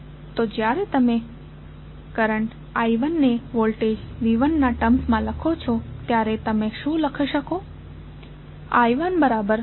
તો જ્યારે તમે કરંટ I1ને વોલ્ટેજ V1 ના ટર્મ્સમા લખો છો ત્યારે તમે શું લખી શકો છો